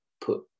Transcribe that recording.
put